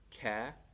care